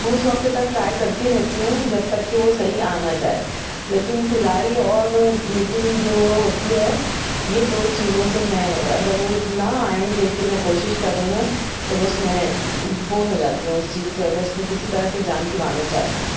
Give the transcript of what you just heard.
میں اس وقت تک ٹرائی کرتی رہتی ہوں جب تک کہ وہ صحیح آ نہ جائے لیکن سلائی اور نٹنگ جو ہوتی ہے یہ دو چیزوں سے میں اگر وہ نہ آئیں جیسے میں کوشش کر رہی ہوں تو بس میں بور ہو جاتی ہوں اس چیز سے اگر وہ کسی طرح سے جان چھڑانا چاہتی ہوں